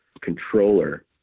controller